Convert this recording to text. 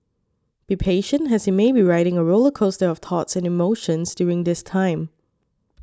be patient as he may be riding a roller coaster of thoughts and emotions during this time